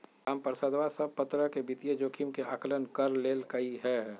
रामप्रसादवा सब प्तरह के वित्तीय जोखिम के आंकलन कर लेल कई है